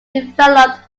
developed